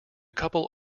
couple